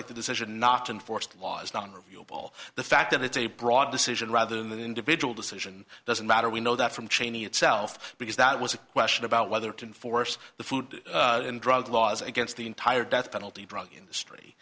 like the decision not to enforce the laws non reviewable the fact that it's a broad decision rather than an individual decision doesn't matter we know that from cheney itself because that was a question about whether to enforce the food and drug laws against the entire death penalty drug industry